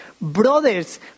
Brothers